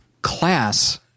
class